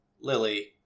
Lily